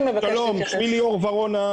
שמי ליאור ורונה,